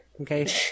Okay